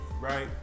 Right